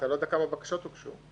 אתה לא יודע כמה בקשות הוגשו.